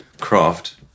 craft